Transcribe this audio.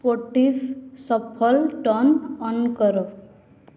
Spotify shuffle turn on କର